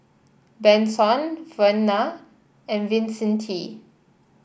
Benson Verna and Vicente